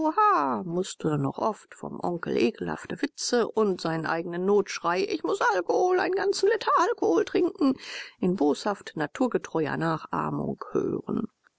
mußte noch oft vom onkel ekelhafte witze und seinen eigenen notschrei ich muß alkohol einen ganzen liter alkohol trinken in boshaft naturgetreuer nachahmung hören